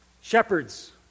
Shepherds